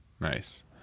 Nice